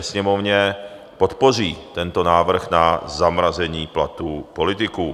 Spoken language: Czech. Sněmovně podpoří tento návrh na zamrazení platů politiků.